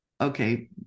okay